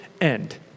end